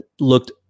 looked